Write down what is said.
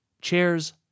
Chairs